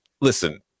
listen